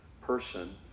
person